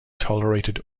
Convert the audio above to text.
tolerated